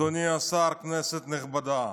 אדוני השר, כנסת נכבדה,